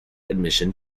admission